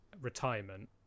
retirement